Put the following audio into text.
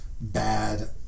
bad